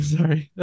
sorry